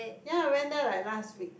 ya I went there like last week